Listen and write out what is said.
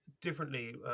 Differently